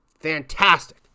Fantastic